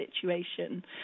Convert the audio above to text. situation